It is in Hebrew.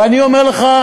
ואני אומר לך,